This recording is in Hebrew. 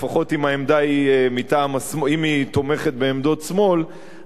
לפחות אם העמדה תומכת בעמדות שמאל,